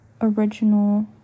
original